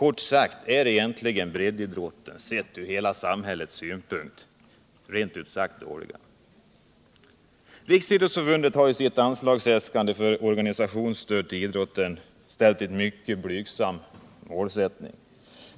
Breddidrottens villkor är, sett ur hela samhällets synpunkt, rent ut sagt dåliga. Riksidrottsförbundet har i sitt anslagsäskande för organisationsstöd till idrotten angivit en mycket blygsam målsättning.